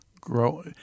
grow